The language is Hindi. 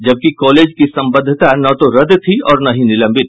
जबकि इस कॉलेज की संबद्धता न तो रद्द थी और न ही निलंबित